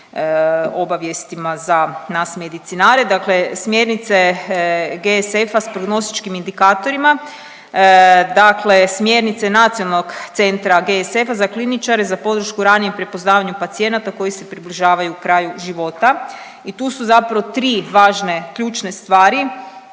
obavijestima za nas medicinare, dakle smjernice GSF-a s prognostičkim indikatorima. Dakle, smjernice nacionalnog centra GSF-a za kliničare za podršku ranijeg prepoznavanju pacijenata koji se približavaju kraju života i tu su zapravo tri važne, ključne stvari